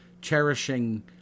cherishing